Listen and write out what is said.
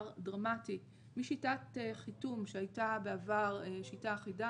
דרמטי משיטת חיתום שהייתה בעבר שיטה אחידה,